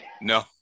No